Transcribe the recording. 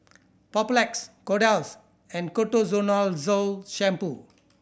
Papulex Kordel's and Ketoconazole Shampoo